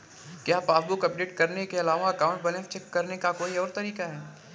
क्या passbook update करने के अलावा अकाउंट बैलेंस चेक करने का कोई और तरीका है?